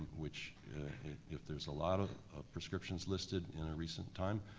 which if there's a lot of prescriptions listed in a recent time,